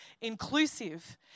inclusive